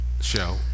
show